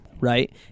right